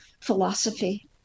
philosophy